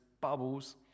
bubbles